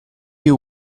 you